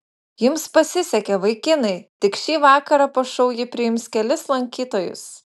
jums pasisekė vaikinai tik šį vakarą po šou ji priims kelis lankytojus